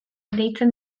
deitzen